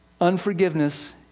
Unforgiveness